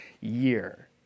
year